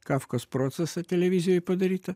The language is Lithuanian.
kafkos procesą televizijoj padarytą